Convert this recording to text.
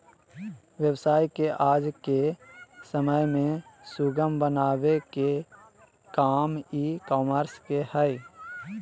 व्यवसाय के आज के समय में सुगम बनावे के काम ई कॉमर्स के हय